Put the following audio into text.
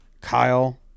Kyle